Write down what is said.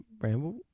ramble